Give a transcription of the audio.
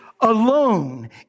alone